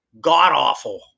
God-awful